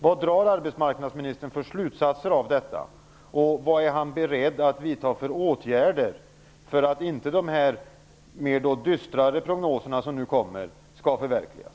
Vilka åtgärder är han beredd att vidta för att inte de mer dystra prognoserna som nu kommer skall förverkligas?